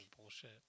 bullshit